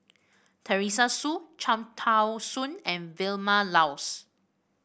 Teresa Hsu Cham Tao Soon and Vilma Laus